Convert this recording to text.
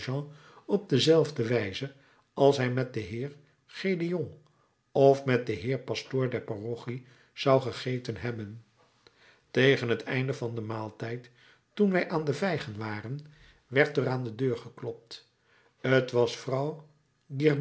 op dezelfde wijze als hij met den heer gédéon of met den heer pastoor der parochie zou gegeten hebben tegen het einde van den maaltijd toen wij aan de vijgen waren werd er aan de deur geklopt t was